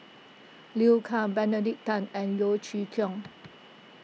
Liu Kang Benedict Tan and Yeo Chee Kiong